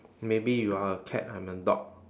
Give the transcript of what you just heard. maybe you are a cat I'm a dog